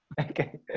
Okay